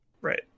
right